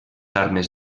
armes